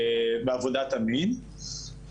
בעבודת המין.